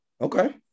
Okay